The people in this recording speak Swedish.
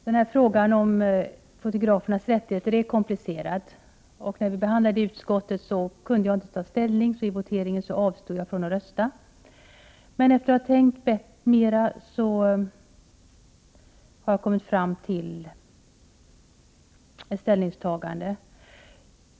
Herr talman! Frågan om fotografernas rättigheter är komplicerad. När vi behandlade den i utskottet kunde jag inte ta ställning, och vid voteringen avstod jag från att rösta. Men efter att ha tänkt mera har jag kommit fram till ett ställningstagande.